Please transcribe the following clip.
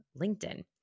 LinkedIn